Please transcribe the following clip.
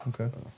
Okay